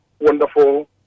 wonderful